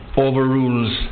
overrules